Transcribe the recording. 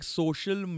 social